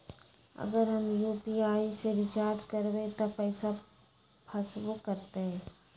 अगर हम यू.पी.आई से रिचार्ज करबै त पैसा फसबो करतई?